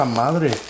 madre